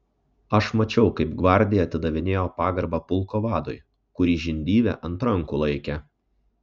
aš mačiau kaip gvardija atidavinėjo pagarbą pulko vadui kurį žindyvė ant rankų laikė